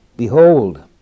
Behold